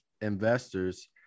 investors